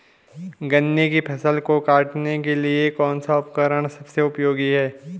गन्ने की फसल को काटने के लिए कौन सा उपकरण सबसे उपयोगी है?